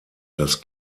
das